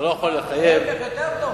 אתה לא יכול לחייב, להיפך, יותר טוב.